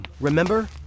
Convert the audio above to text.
Remember